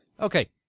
okay